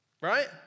right